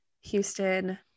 Houston